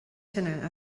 tine